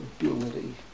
ability